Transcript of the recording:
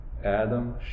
Adam